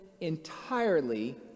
entirely